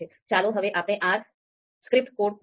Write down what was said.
ચાલો હવે આપણે R સ્ક્રિપ્ટ કોડ જોઈએ